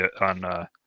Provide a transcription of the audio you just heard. on